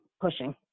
pushing